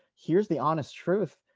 here's the honest truth.